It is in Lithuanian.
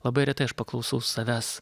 labai retai aš paklausau savęs